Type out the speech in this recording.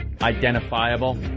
identifiable